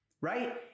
Right